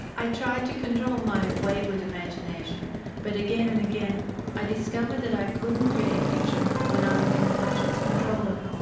i tried to control my wayward imagination but again and again i discovered that i couldn't create fiction when i was in conscious control of it.